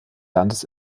landes